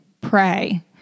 Pray